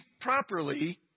properly